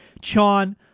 Chon